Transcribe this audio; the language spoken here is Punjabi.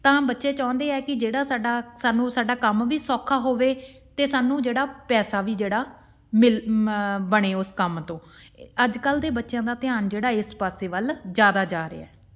ਤਾਂ ਬੱਚੇ ਚਾਹੁੰਦੇ ਆ ਕਿ ਜਿਹੜਾ ਸਾਡਾ ਸਾਨੂੰ ਸਾਡਾ ਕੰਮ ਵੀ ਸੌਖਾ ਹੋਵੇ ਅਤੇ ਸਾਨੂੰ ਜਿਹੜਾ ਪੈਸਾ ਵੀ ਜਿਹੜਾ ਮਿਲ ਬਣੇ ਉਸ ਕੰਮ ਤੋਂ ਅੱਜ ਕੱਲ੍ਹ ਦੇ ਬੱਚਿਆਂ ਦਾ ਧਿਆਨ ਜਿਹੜਾ ਇਸ ਪਾਸੇ ਵੱਲ ਜ਼ਿਆਦਾ ਜਾ ਰਿਹਾ